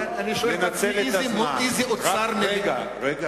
אני שואל את עצמי, איזה אוצר מלים, רגע אחד.